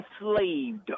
enslaved